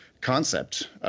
concept